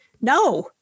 no